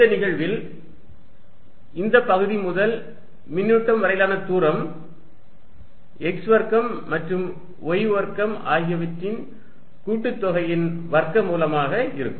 இந்த நிகழ்வில் இந்த பகுதி முதல் மின்னூட்டம் வரையிலான தூரம் x வர்க்கம் மற்றும் y வர்க்கம் ஆகியவற்றின் கூட்டுத்தொகையின் வர்க்க மூலமாக இருக்கும்